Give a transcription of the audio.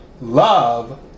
Love